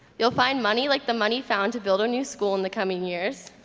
you'll find money like the money found to build a new school in the coming years